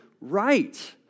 right